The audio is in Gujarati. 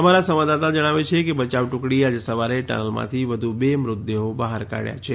અમારા સંવાદદાતા જણાવે છે કે બચાવ ટુકડીએ આજે સવારે ટનલમાંથી વધુ બે મૃતદેહો બહાર કાઢયા છે